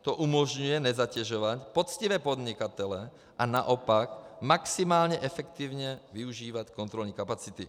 To umožňuje nezatěžovat poctivé podnikatele a naopak maximálně efektivně využívat kontrolní kapacity.